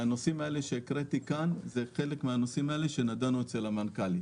הנושאים שהקראתי כאן הם חלק מהנושאים שנדונו אצל המנכ"לית.